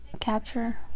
capture